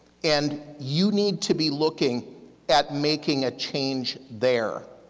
and you need to be looking at making a change there.